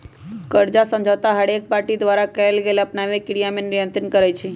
कर्जा समझौता हरेक पार्टी द्वारा कएल गेल आपनामे क्रिया के नियंत्रित करई छै